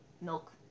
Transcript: milk